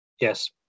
Yes